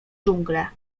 dżunglę